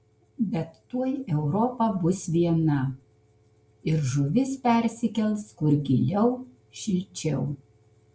bet tuoj europa bus viena ir žuvis persikels kur giliau šilčiau